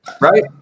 Right